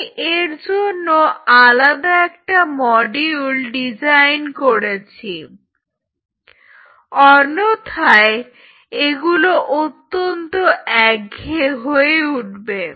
আমি এর জন্য আলাদা একটা মডিউল ডিজাইন করেছি অন্যথায় এগুলো অত্যন্ত একঘেয়ে হয়ে উঠবে